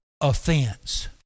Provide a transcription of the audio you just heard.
offense